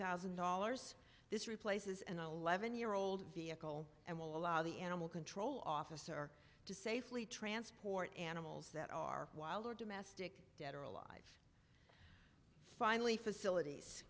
thousand dollars this replaces an eleven year old vehicle and will allow the animal control officer to safely transport animals that are wild or domestic dead or alive finally facilities